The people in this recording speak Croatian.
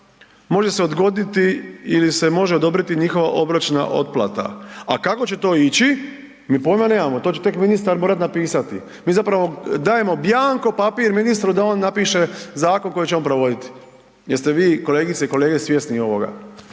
može se odgoditi ili se može odobriti njihova obročna otplata, a kako će to ići mi poima nemamo to će tek ministar morati napisati. Mi zapravo dajemo bianco papir ministru da on napiše zakon koji će on provoditi. Jeste vi kolegice i kolege svjesni ovoga?